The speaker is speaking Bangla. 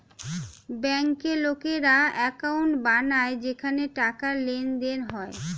ব্যাংকে লোকেরা অ্যাকাউন্ট বানায় যেখানে টাকার লেনদেন হয়